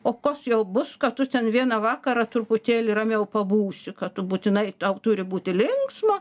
o kas jau bus ką tu ten vieną vakarą truputėlį ramiau pabūsi ką tu būtinai tau turi būti linksma